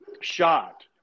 shot